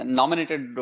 nominated